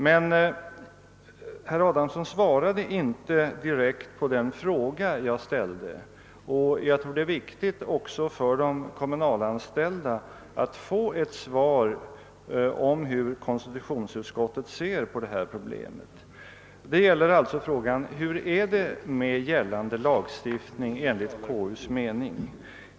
Men herr Adamsson svarade inte direkt på den fråga jag ställde, och jag tror det är viktigt för de kommunalanställda att få ett besked om hur konstitutionsutskottet ser på dessa problem. Frågan är alltså vad konstitutionsutskottet anser om den gällande lagstiftningen.